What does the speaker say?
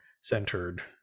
centered